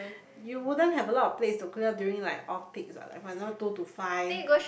you wouldn't have a lot of place to clear during like off peak is like a two to five